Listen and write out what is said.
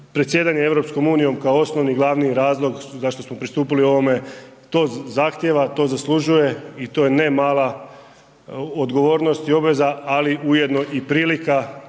Predsjedanje EU-om kao osnovni i glavni razlog zašto smo pristupili ovome, to zahtjeva, to zaslužuje i to je nama odgovornost i obveza ali ujedno i prilika